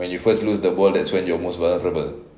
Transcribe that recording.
when you first lose the ball that's when you're most vulnerable